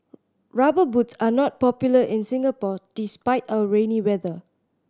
Rubber Boots are not popular in Singapore despite our rainy weather